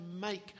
make